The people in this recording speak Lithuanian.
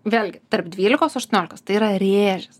vėlgi tarp dvylikos aštuoniolikos tai yra rėžis